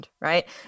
right